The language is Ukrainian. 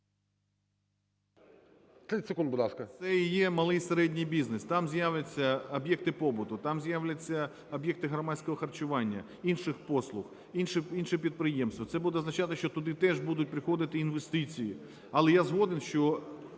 Це і є малий і середній бізнес. Там з'являться об'єкти побуту, там з'являться об'єкти громадського харчування, інших послуг, інші підприємства. Це буде означати, що туди теж будуть приходити інвестиції. Але я згоден, що